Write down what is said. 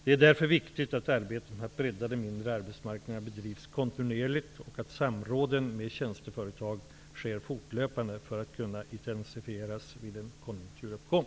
Det är därför viktigt att arbetet med att bredda de mindre arbetsmarknaderna bedrivs kontinuerligt och att samråden med tjänsteföretag sker fortlöpande för att kunna intesifieras vid en konjunkturuppgång.